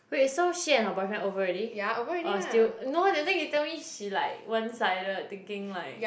wait so she and her boyfriend over already or still no that thing you told me she like one-sided thinking like